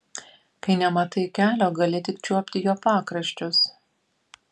kai nematai kelio gali tik čiuopti jo pakraščius